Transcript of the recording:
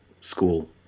school